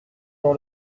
dans